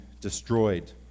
destroyed